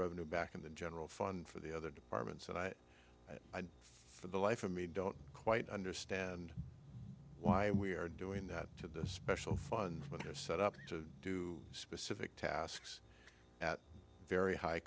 revenue back in the general fund for the other departments and i for the life of me don't quite understand why we are doing that to the special fund but they are set up to do specific tasks at very high